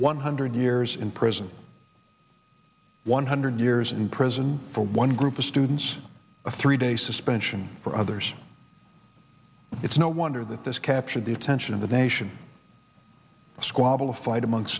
one hundred years in prison one hundred years in prison for one group of students a three day suspension for others it's no wonder that this captured the attention of the nation a squabble a fight among st